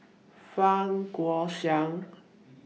Fang Guixiang